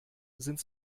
sind